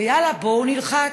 ויאללה, בואו נלחץ,